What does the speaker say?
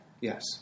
Yes